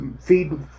feed